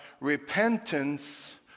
repentance